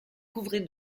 couvrez